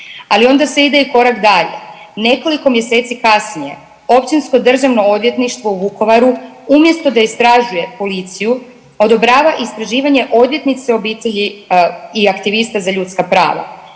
Ali onda se ide i korak dalje, nekoliko mjeseci kasnije Općinsko državno odvjetništvo u Vukovaru umjesto da istražuje policiju odobrava istraživanje odvjetnice obitelji i aktivista za ljudska prava.